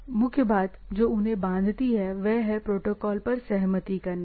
तो मुख्य बात जो उन्हें बांधती है वह है प्रोटोकॉल पर सहमति करना